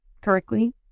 correctly